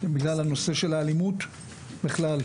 בגלל הנושא של האלימות בכלל.